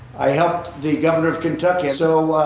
i helped the governor kentucky. so,